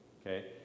okay